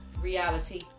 reality